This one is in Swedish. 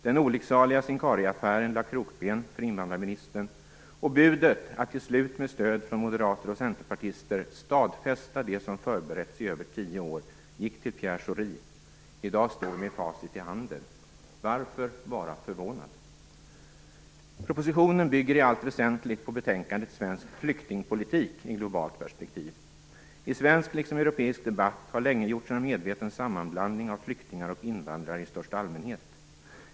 Den olycksaliga Sincariaffären lade krokben för invandrarministern, och budet att till slut med stöd från moderater och centerpartister stadfästa det som förberetts i över tio år gick till Pierre Schori. I dag står vi med facit i handen. Varför skall man vara förvånad? Propositionen bygger i allt väsentligt på betänkandet Svensk flyktingpolitik i globalt perspektiv. I svensk liksom europeisk debatt har länge gjorts en medveten sammanblandning av flyktingar och invandrare i största allmänhet.